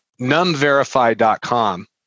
numverify.com